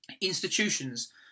Institutions